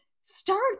start